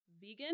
vegan